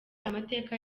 amateka